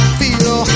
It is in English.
feel